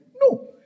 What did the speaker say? No